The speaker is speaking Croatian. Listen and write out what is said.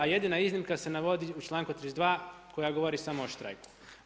A jedina iznimka se navodi u čl.32. koja govori samo o štrajku.